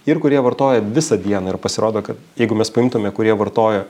ir kurie vartojo visą dieną ir pasirodo ka jeigu mes paimtume kurie vartojo